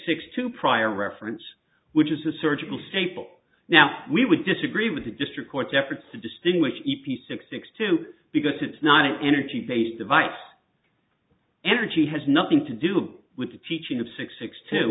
six two prior reference which is a surgical staple now we would disagree with district court efforts to distinguish e p six six two because it's not an energy based device energy has nothing to do with the teaching of six six t